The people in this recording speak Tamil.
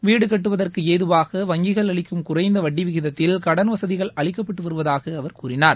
வீடு கட்டுவதற்கு ஏதுவாக வங்கிகள் அளிக்கும் குறைந்த வட்டி விகிதத்தில் கடன் வசதிகள் அளிக்கப்பட்டு வருவதாக அவர் கூறினார்